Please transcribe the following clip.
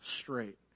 straight